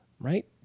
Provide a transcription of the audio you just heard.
right